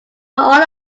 all